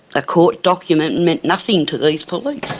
a court document meant nothing to these police.